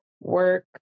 work